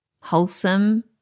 wholesome